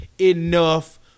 enough